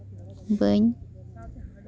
ᱵᱟᱹᱧ